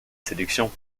séduction